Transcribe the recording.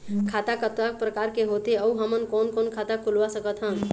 खाता कतका प्रकार के होथे अऊ हमन कोन कोन खाता खुलवा सकत हन?